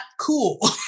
cool